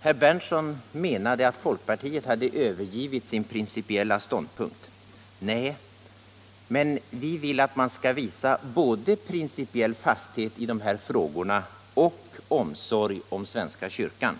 Herr Berndtson menade att folkpartiet hade övergivit sin principiella ståndpunkt. Nej, det har vi inte, men vi vill att man skall visa både princibiell fasthet i de här frågorna och omsorg om svenska kyrkan.